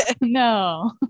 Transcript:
No